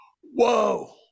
Whoa